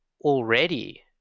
already